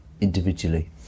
individually